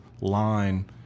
line